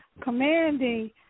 commanding